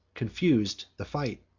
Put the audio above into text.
confus'd the fight.